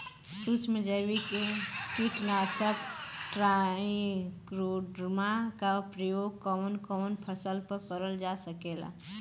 सुक्ष्म जैविक कीट नाशक ट्राइकोडर्मा क प्रयोग कवन कवन फसल पर करल जा सकेला?